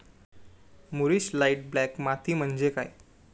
मूरिश light black माती म्हणजे काय?